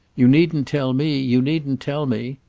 you needn't tell me, you needn't tell me!